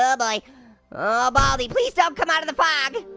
ah boy. ah baldi, please don't come out of the fog.